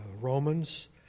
Romans